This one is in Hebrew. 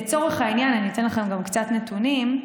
לצורך העניין, אני אתן לכם גם קצת נתונים.